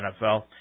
NFL